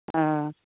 ओह